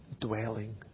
dwelling